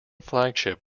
flagship